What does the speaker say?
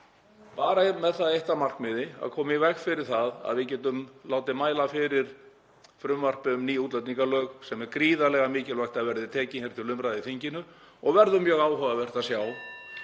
bara með það eitt að markmiði að koma í veg fyrir að við getum látið mæla fyrir frumvarpi um ný útlendingalög, sem er gríðarlega mikilvægt að verði tekið til hér umræðu í þinginu. Það verður mjög áhugavert að sjá